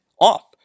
off